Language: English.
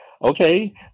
Okay